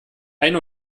ein